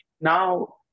now